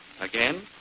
Again